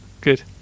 good